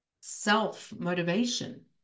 self-motivation